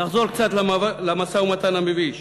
נחזור קצת למשא-ומתן המביש.